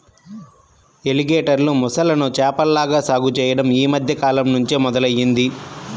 ఎలిగేటర్లు, మొసళ్ళను చేపల్లాగా సాగు చెయ్యడం యీ మద్దె కాలంనుంచే మొదలయ్యింది